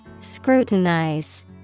Scrutinize